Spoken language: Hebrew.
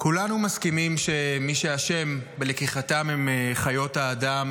כולנו מסכימים שמי שאשם בלקיחתם הם חיות האדם,